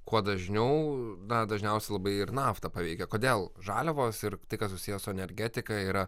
kuo dažniau na dažniausiai labai ir naftą paveikia kodėl žaliavos ir tai kas susiję su energetika yra